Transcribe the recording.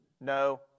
no